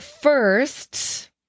first